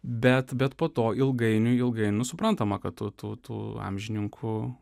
bet bet po to ilgainiui ilgai nu suprantama kad tų tų tų amžininkų